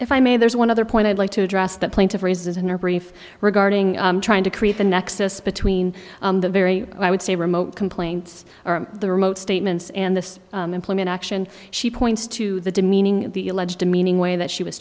if i may there's one other point i'd like to address the plaintiff raised in our brief regarding trying to create a nexus between the very i would say remote complaints or the remote statements and the employment action she points to the demeaning the alleged demeaning way that she was